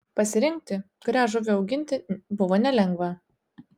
pasirinkti kurią žuvį auginti buvo nelengva